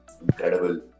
incredible